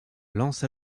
lance